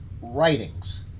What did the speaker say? writings